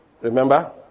Remember